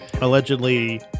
allegedly